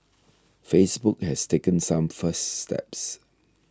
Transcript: Facebook has taken some first steps